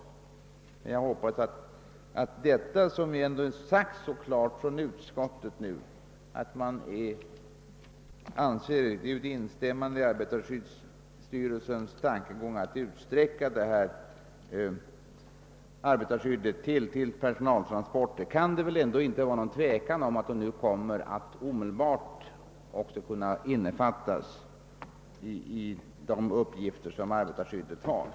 Eftersom utskottet så klart ansluter sig till arbetarskyddsstyrelsens uttalande, att arbetarskyddslagstiftningens tillämpning skall utsträckas till att gälla även personaltransporter, anser jag att det inte kan råda något tvivel om att dessa transporter nu omedelbart kommer att inrymmas vid lagens tillämpning.